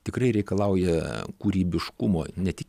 tikrai reikalauja kūrybiškumo ne tik